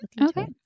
okay